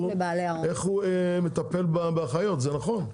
איך הוא מטפל בחיות זה נכון,